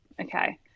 Okay